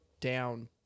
down